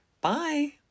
Bye